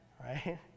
right